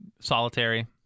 solitary